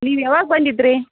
ನೀವು ಯಾವಾಗ ಬಂದಿದ್ದಿರಿ